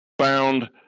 found –